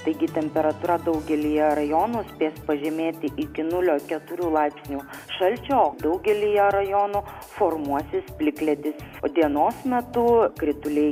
taigi temperatūra daugelyje rajonų spės pažemėti iki nulio keturių laipsnių šalčio daugelyje rajonų formuosis plikledis o dienos metu krituliai